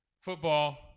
football